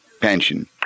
pension